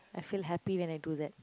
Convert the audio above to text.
I feel happy when I do that